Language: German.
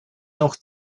noch